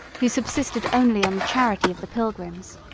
who subsisted only on the charity of the pilgrims.